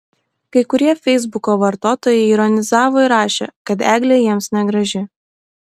kai kurie feisbuko vartotojai ironizavo ir rašė kad eglė jiems negraži